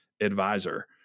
advisor